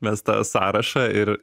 mes tą sąrašą ir